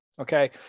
Okay